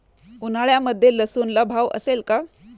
उन्हाळ्यामध्ये लसूणला भाव असेल का?